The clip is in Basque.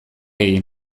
egin